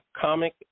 comic